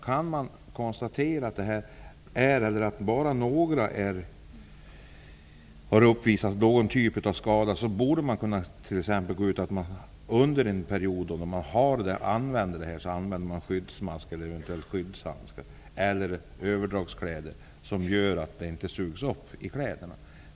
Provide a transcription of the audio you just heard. Kan man konstatera skada, eller att det i några fall har uppvisats någon typ av skada, borde man t.ex. kunna gå ut med föreskrifter att man under den period man har detta bränsle använder skyddsmasker, eventuellt skyddshandskar eller överdragskläder som gör att det inte sugs upp i kläderna.